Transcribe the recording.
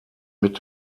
mit